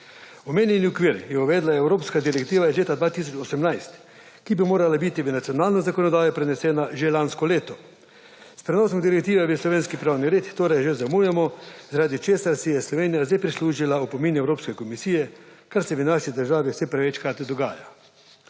Omenjeni okvir je uvedla evropska direktiva iz leta 2018, ki bi morala biti v nacionalno zakonodajo prenesena že lansko leto. S prenosom direktive v slovenski pravni red torej že zamujamo, zaradi česar si je Slovenija že prislužila opomin Evropske komisije, kar se v naši državi vse prevečkrat dogaja.